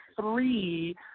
three